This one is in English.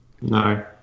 no